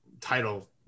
title